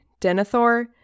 Denethor